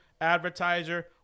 advertiser